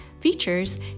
features